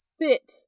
fit